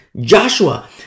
Joshua